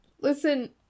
listen